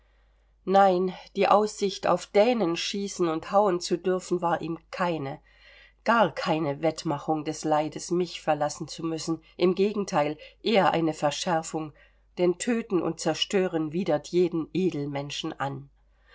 nein die aussicht auf dänen schießen und hauen zu dürfen war ihm keine gar keine wettmachung des leides mich verlassen zu müssen im gegenteile eher eine verschärfung denn töten und zerstören widert jeden edelmenschen an